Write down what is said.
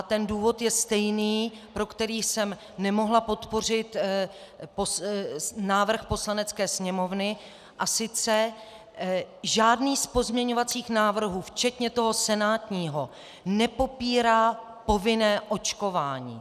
Ten důvod je stejný, pro který jsem nemohla podpořit návrh Poslanecké sněmovny, a sice žádný z pozměňovacích návrhů, včetně toho senátního, nepopírá povinné očkování.